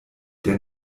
der